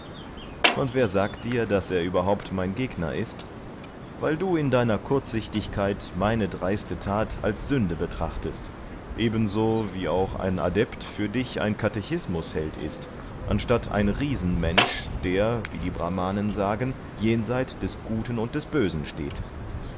und wer sagt dir daß er überhaupt mein gegner ist weil du in deiner kurzsichtigkeit meine dreiste tat als sünde betrachtest ebenso wie auch ein adept für dich ein katechismusheld ist anstatt ein riesenmensch der wie die brahmanen sagen jenseit des guten und des bösen steht